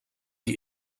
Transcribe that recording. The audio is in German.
die